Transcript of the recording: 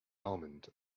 almond